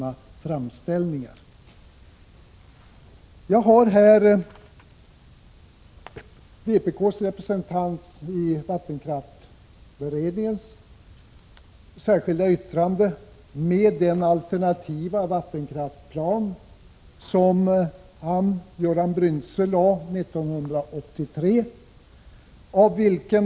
Jag har här det särskilda yttrandet från vpk:s representant i vattenkraftsberedningen med den alternativa vattenkraftsplan som han — Göran Bryntse — lade fram 1983.